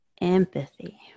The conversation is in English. empathy